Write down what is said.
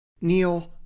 Neil